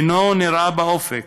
אינו נראה באופק,